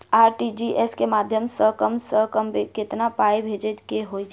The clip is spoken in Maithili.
आर.टी.जी.एस केँ माध्यम सँ कम सऽ कम केतना पाय भेजे केँ होइ हय?